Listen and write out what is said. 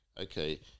Okay